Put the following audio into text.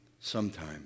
sometime